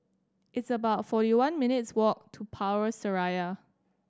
it's about forty one minutes' walk to Power Seraya